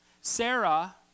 Sarah